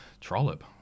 Trollop